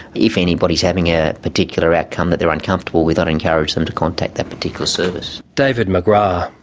if anybody's having a particular outcome that they're uncomfortable with i'd encourage them to contact that particular service. david mcgrath.